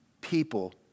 People